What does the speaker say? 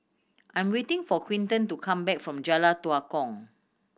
I am waiting for Quinten to come back from Jalan Tua Kong